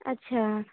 اچھا